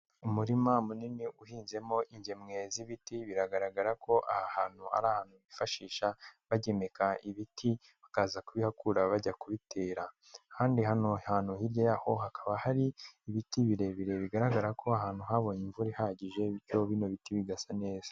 Umurima munini uhinzemo ingemwe z'ibiti biragaragara ko aha hantu ari ahantu hifashisha bagemeka ibiti, bakaza kubihakura bajya kubitera, ahandi hantu hirya y'aho hakaba hari ibiti birebire, bigaragara ko aha hantu habonye imvura ihagije ,bityo bino biti bigasa neza.